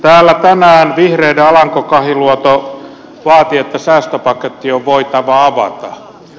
täällä tänään vihreiden alanko kahiluoto vaati että säästöpaketti on voitava avata